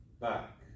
back